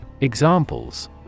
Examples